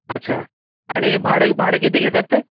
अच्छा आणि भाडं भाडं किती घेतात ते